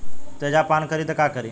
तेजाब पान करी त का करी?